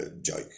joke